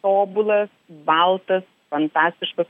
tobulas baltas fantastiškas